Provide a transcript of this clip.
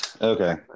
okay